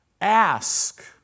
ask